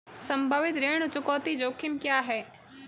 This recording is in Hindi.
संभावित ऋण चुकौती जोखिम क्या हैं?